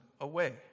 away